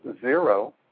zero